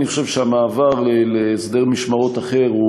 אני חושב שהמעבר להסדר משמרות אחר הוא